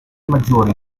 maggiori